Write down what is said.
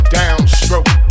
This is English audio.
downstroke